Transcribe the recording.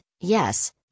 yes